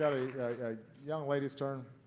a young lady's turn.